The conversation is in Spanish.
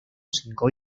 cinco